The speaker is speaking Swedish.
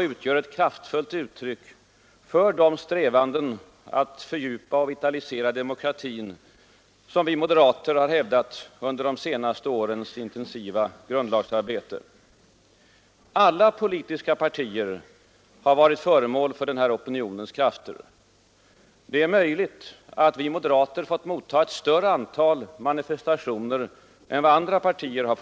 utgör ett kraftfullt uttryck för de strävanden att fördjupa och vitalisera demokratin som vi moderater hävdat under de senaste årens intensiva grundlagsarbete. Alla politiska partier har varit föremål för opinionens krafter. Det är möjligt att vi moderater fått motta ett större antal manifestationer än andra partier.